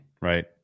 right